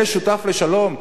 זה שותף לשלום?